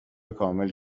کامل